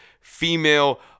female